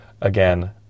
Again